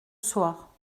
soir